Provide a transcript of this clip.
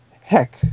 heck